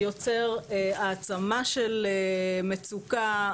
יוצר העצמה של מצוקה,